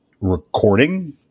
recording